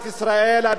אדוני היושב-ראש,